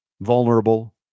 vulnerable